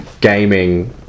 gaming